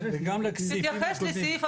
הזה.